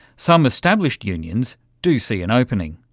some established unions do see an opening.